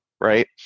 right